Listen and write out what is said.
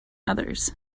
others